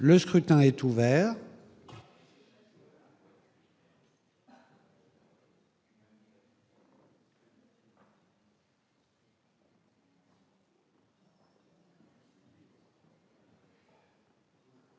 Le scrutin est ouvert.